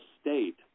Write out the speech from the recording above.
state